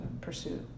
pursue